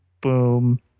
boom